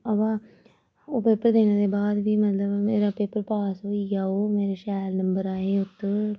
अवा ओह् पेपर देने दे बाद फ्ही मतलब मेरा पेपर पास होई गेआ ओह् मेरे शैल नंबर आए ओह्दे च